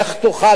איך תוכל,